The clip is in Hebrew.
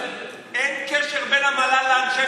אין קשר בין המל"ל לאנשי מקצוע.